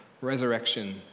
Resurrection